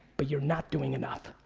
but you're not doing enough.